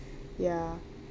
ya